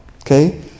Okay